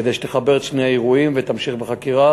כדי שתחבר את שני האירועים ותמשיך בחקירה.